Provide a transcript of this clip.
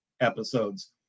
episodes